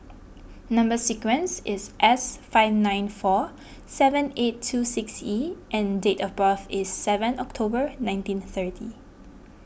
Number Sequence is S five nine four seven eight two six E and date of birth is seven October nineteen thirty